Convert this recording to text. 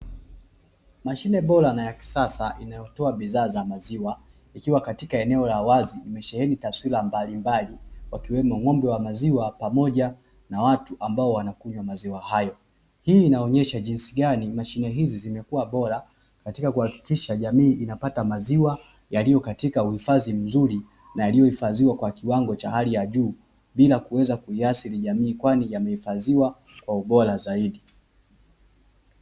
Mashine bora na ya kisasa inayotoa bidhaa za maziwa ikiwa katika eneo la wazi, limesheheni taswira mbalimbali wakiwemo ng'ombe wa maziwa pamoja na watu ambao wanakunywa maziwa hayo, hii inaonyesha jinsi gani mashine hizi, zimekuwa bora katika kuhakikisha jamii inapata maziwa yaliyo katika uhifadhi mzuri na aliyohifadhiwa kwa kiwango cha hali ya juu bila kuweza kuiathiri jamii kwani yamehifadhiwa kwa ubora zaidi.